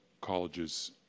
colleges